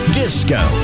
disco